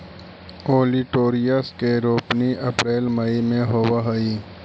olitorius के रोपनी अप्रेल मई में होवऽ हई